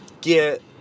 get